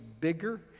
bigger